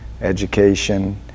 education